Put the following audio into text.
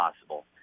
possible